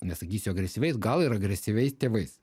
nesakysiu agresyviais gal ir agresyviais tėvais